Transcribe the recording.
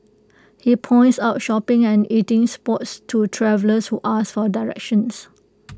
he points out shopping and eating spots to travellers who ask for directions